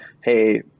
Hey